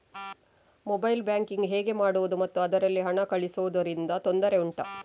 mobile banking ಹೇಗೆ ಮಾಡುವುದು ಮತ್ತು ಅದರಲ್ಲಿ ಹಣ ಕಳುಹಿಸೂದರಿಂದ ತೊಂದರೆ ಉಂಟಾ